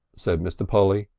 said mr. polly.